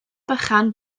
bychan